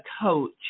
coach